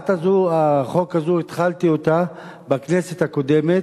הצעת החוק הזאת, התחלתי אותה בכנסת הקודמת,